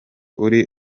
uri